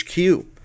HQ